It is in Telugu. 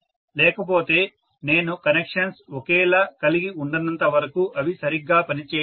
లేకపోతే నేను కనెక్షన్స్ ఒకేలా కలిగి ఉండనంత వరకు అవి సరిగ్గా పని చేయవు